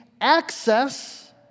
access